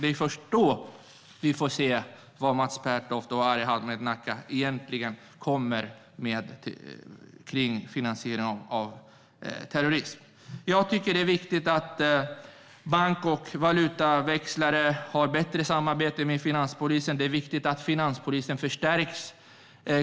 Det är först då vi får se vad Mats Pertoft och Arhe Hamednaca kommer med när det gäller finansiering av terrorism. Det är viktigt att banker och valutaväxlare har bättre samarbete med finanspolisen. Det är viktigt att finanspolisen förstärks.